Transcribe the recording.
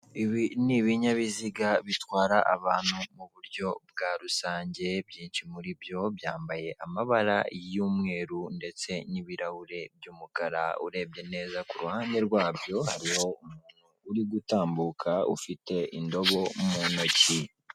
Ibi ni ibinyabiziga bitwara abantu mu buryo bwa rusange byinshi muri byo byambaye amabara y'umweru, ndetse n'ibirahure by'umukara urebye neza kuruhande rwa byo hari umuntu uri gutambuka ufite indobo mu ntoki.